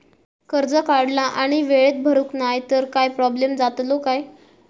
कर्ज काढला आणि वेळेत भरुक नाय तर काय प्रोब्लेम जातलो काय?